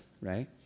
right